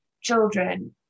children